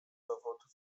dowodów